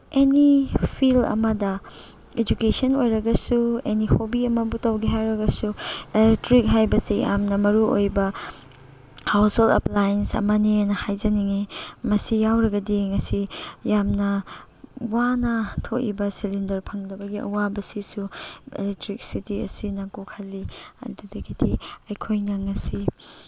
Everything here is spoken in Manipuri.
ꯑꯦꯅꯤ ꯐꯤꯜ ꯑꯃꯗ ꯑꯦꯖꯨꯀꯦꯁꯟ ꯑꯣꯏꯔꯒꯁꯨ ꯑꯦꯅꯤ ꯍꯣꯕꯤ ꯑꯃꯕꯨ ꯇꯧꯒꯦ ꯍꯥꯏꯔꯒꯁꯨ ꯑꯦꯂꯦꯛꯇ꯭ꯔꯤꯛ ꯍꯥꯏꯕꯁꯦ ꯌꯥꯝꯅ ꯃꯔꯨꯑꯣꯏꯕ ꯍꯥꯎꯁꯍꯣꯜ ꯑꯦꯄ꯭ꯂꯥꯌꯦꯟꯁ ꯑꯃꯅꯦꯅ ꯍꯥꯏꯖꯅꯤꯡꯉꯤ ꯃꯁꯤ ꯌꯥꯎꯔꯒꯗꯤ ꯃꯁꯤ ꯌꯥꯝꯅ ꯋꯥꯅ ꯊꯣꯛꯏꯕ ꯁꯤꯂꯤꯟꯗꯔ ꯐꯪꯗꯕꯒꯤ ꯑꯋꯥꯕꯁꯤꯁꯨ ꯑꯦꯂꯦꯛꯇ꯭ꯔꯤꯛꯁꯤꯇꯤ ꯑꯁꯤꯅ ꯀꯣꯛꯍꯜꯂꯤ ꯑꯗꯨꯗꯒꯤꯗꯤ ꯑꯩꯈꯣꯏꯅ ꯉꯁꯤ